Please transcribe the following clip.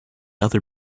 other